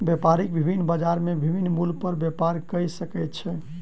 व्यापारी विभिन्न बजार में विभिन्न मूल्य पर व्यापार कय सकै छै